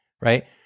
right